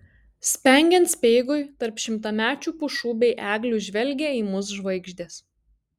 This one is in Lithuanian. spengiant speigui tarp šimtamečių pušų bei eglių žvelgė į mus žvaigždės